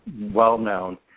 well-known